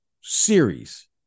series